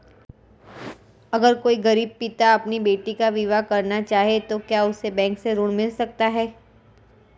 अगर कोई गरीब पिता अपनी बेटी का विवाह करना चाहे तो क्या उसे बैंक से ऋण मिल सकता है?